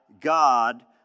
God